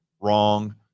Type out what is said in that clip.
Wrong